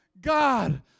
God